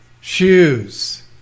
shoes